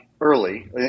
early